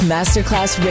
Masterclass